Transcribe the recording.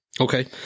Okay